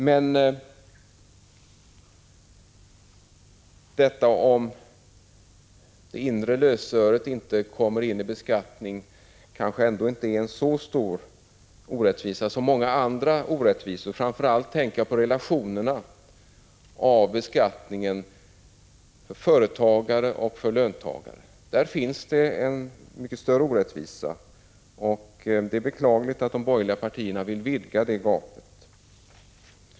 Men att det inre lösöret inte kommer in i beskattning kanske ändå inte är en lika stor orättvisa som många andra orättvisor. Framför allt tänker jag på relationerna mellan beskattningen för företagare och beskattningen för löntagare. Där finns det en mycket större orättvisa, och det är beklagligt att de borgerliga partierna vill vidga det gapet.